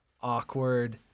awkward